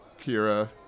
Kira